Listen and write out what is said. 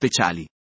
speciali